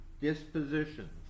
dispositions